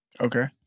Okay